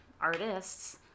artists